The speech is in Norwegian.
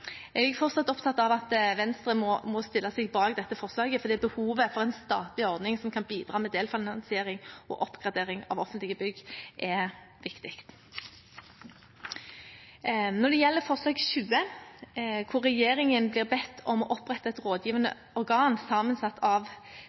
opptatt av at Venstre må stille seg bak dette forslaget, for behovet for en statlig ordning som kan bidra med en delfinansiering og oppgradering av offentlige bygg, er viktig. Når det gjelder forslag nr. 20, hvor regjeringen blir bedt om å opprette et rådgivende organ sammensatt av